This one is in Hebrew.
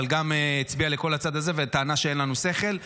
אבל הצביעה על כל הצד הזה, וטענה שאין לנו שכל.